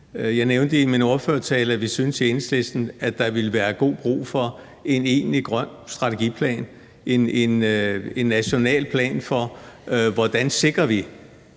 Jeg nævnte i min ordførertale, at vi i Enhedslisten synes, at der ville være god brug for en egentlig grøn strategiplan, en national plan for, hvordan vi sikrer,